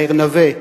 יאיר נוה,